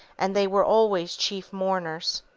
and they were always chief mourners.